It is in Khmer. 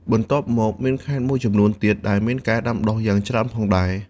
បន្ទាប់មកមានខេត្តមួយចំនួនទៀតដែលមានការដាំដុះយ៉ាងច្រើនផងដែរ។